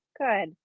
good